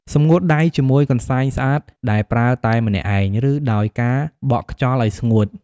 សម្ងួតដៃ ជាមួយកន្សែងស្អាតដែលប្រើតែម្នាក់ឯង ឬដោយការបក់ខ្យល់ឱ្យស្ងួត។